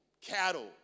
cattle